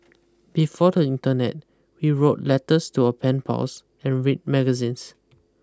before the internet we wrote letters to our pen pals and read magazines